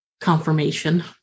confirmation